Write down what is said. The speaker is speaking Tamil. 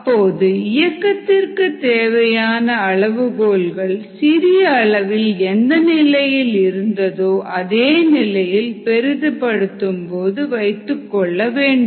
அப்போது இயக்கத்திற்கு தேவையான அளவுகோல்கள் சிறிய அளவில் எந்த நிலையில் இருந்ததோ அதே நிலையில் பெரிது படுத்தும் போதும் வைத்துக்கொள்ளவேண்டும்